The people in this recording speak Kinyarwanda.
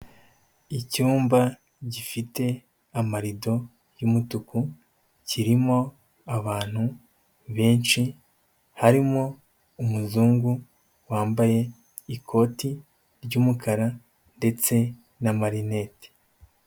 Icyumba gifite amarido y'umutuku kirimo abantu benshi, harimo umuzungu wambaye ikoti ry'umukara ndetse n'amarineti.